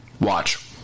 Watch